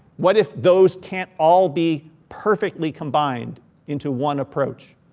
what if those can't all be perfectly combined into one approach?